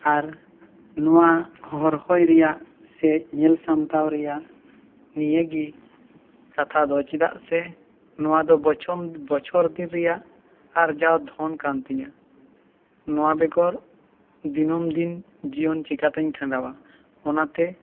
ᱟᱨ ᱱᱚᱣᱟ ᱦᱚᱨᱦᱚᱭ ᱨᱮᱭᱟᱜ ᱥᱮ ᱧᱮᱞ ᱥᱟᱢᱴᱟᱣ ᱨᱮᱭᱟᱜ ᱱᱤᱭᱟᱹ ᱜᱮ ᱠᱟᱛᱷᱟ ᱫᱚ ᱪᱮᱫᱟᱜ ᱥᱮ ᱱᱚᱣᱟ ᱫᱚ ᱵᱚᱪᱷᱚᱨ ᱫᱤᱱ ᱨᱮᱭᱟᱜ ᱟᱨᱡᱟᱣ ᱫᱷᱚᱱ ᱠᱟᱱ ᱛᱤᱧᱟᱹ ᱱᱚᱣᱟ ᱵᱮᱜᱚᱨ ᱫᱤᱱᱟᱹᱢ ᱫᱤᱱ ᱡᱤᱭᱚᱱ ᱪᱤᱠᱟᱹ ᱛᱤᱧ ᱠᱷᱟᱱᱰᱟᱣᱟ ᱚᱱᱟᱛᱮ